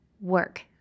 work